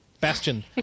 Bastion